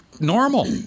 Normal